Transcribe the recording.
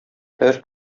һәр